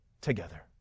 together